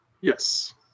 Yes